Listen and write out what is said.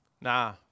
nah